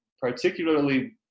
particularly